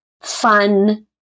fun